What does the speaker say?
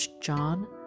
John